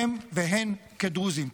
והם כדרוזים.